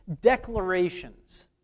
declarations